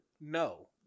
No